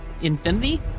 infinity